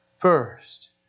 first